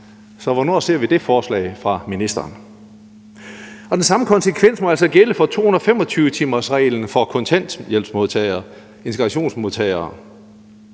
Så hvornår ser vi det forslag fra ministeren? Den samme konsekvens må altså gælde for 225-timersreglen for kontanthjælpsmodtagere og integrationsydelsesmodtagere.